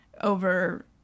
over